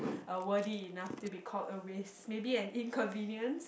uh worthy enough to be called a waste maybe an inconvenience